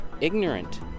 ignorant